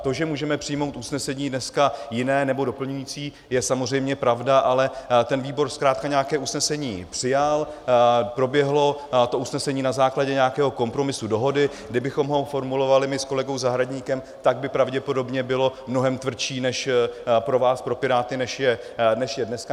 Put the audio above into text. To, že můžeme přijmout usnesení dneska jiné nebo doplňující, je samozřejmě pravda, ale ten výbor zkrátka nějaké usnesení přijal, proběhlo to usnesení na základě nějakého kompromisu dohody, kdybychom ho formulovali my s kolegou Zahradníkem, tak by pravděpodobně bylo mnohem tvrdší než pro vás pro Piráty, než je dneska.